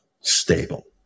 stable